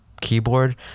keyboard